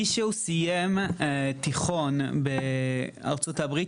מישהו סיים תיכון בארה"ב,